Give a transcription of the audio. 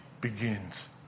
begins